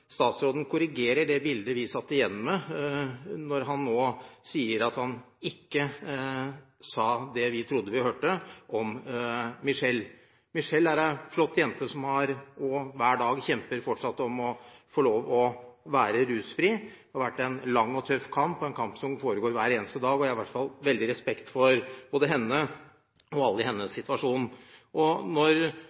statsråden korrigerte det bildet vi satt igjen med; han sa at han ikke hadde sagt det vi trodde vi hørte, om Michelle. Michelle er en flott jente som hver dag kjemper for fortsatt å være rusfri. Det har vært en lang og tøff kamp, som foregår hver eneste dag, og jeg har veldig respekt for både henne og alle i hennes situasjon. Da hun ble konfrontert med hva Gahr Støre hadde sagt i denne sal, sa hun klart og